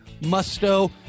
Musto